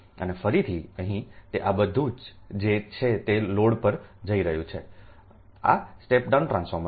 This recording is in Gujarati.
અને ફરીથી અહીં તે આ બધું છે જે તે લોડ પર જઇ રહ્યું છે આ સ્ટેપ ડાઉન ટ્રાન્સફોર્મર છે